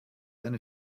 eine